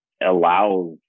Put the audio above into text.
allows